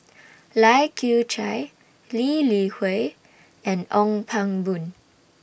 Lai Kew Chai Lee Li Hui and Ong Pang Boon